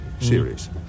series